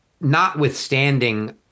notwithstanding